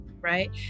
Right